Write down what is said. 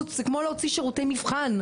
להוציא שירותי מבחן.